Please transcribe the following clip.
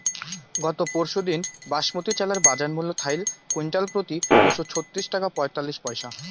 গত পরশুদিন বাসমতি চালের বাজারমূল্য থাইল কুইন্টালপ্রতি দুইশো ছত্রিশ টাকা পঁয়তাল্লিশ পইসা